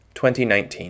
2019